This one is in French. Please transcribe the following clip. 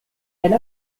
elle